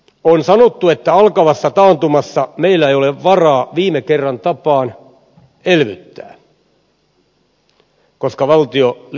on sanottu että alkavassa taantumassa meillä ei ole varaa viime kerran tapaan elvyttää koska valtio lisävelkaantuu